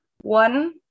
One